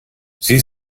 sie